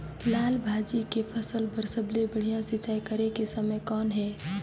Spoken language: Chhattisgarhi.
लाल भाजी के फसल बर सबले बढ़िया सिंचाई करे के समय कौन हे?